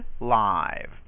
live